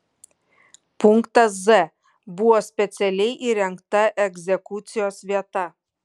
punktas z buvo specialiai įrengta egzekucijos vieta